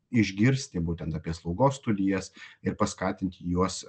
išgirsti būtent apie slaugos studijas ir paskatinti juos